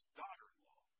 daughter-in-law